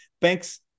banks